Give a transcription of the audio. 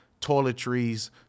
toiletries